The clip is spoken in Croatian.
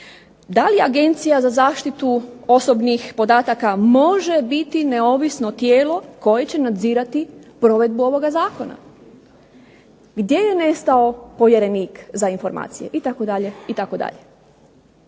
Da li Agencija za zaštitu osobnih podataka može biti neovisno tijelo koje će nadzirati provedbu ovoga Zakona? Gdje je nestao povjerenik za informacije itd. itd.